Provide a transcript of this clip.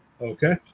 Okay